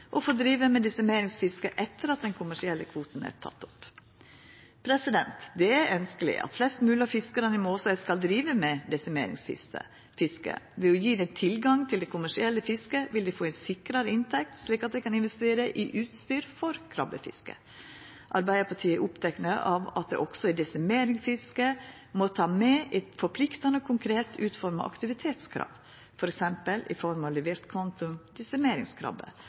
å få driva med desimeringsfiske etter at den kommersielle kvoten er teken opp. Det er ønskjeleg at flest mogleg av fiskarane i Måsøy skal driva med desimeringsfiske. Ved å gje dei tilgang til det kommersielle fisket vil dei få ei sikrare inntekt slik at dei kan investera i utstyr for krabbefiske. Arbeidarpartiet er opptekne av at ein også i desimeringsfisket må ta med eit forpliktande og konkret utforma aktivitetskrav, f.eks. i form av levert